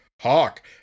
Hawk